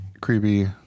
creepy